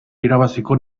irabaziko